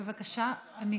בבקשה, אני